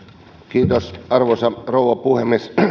kiitos arvoisa rouva puhemies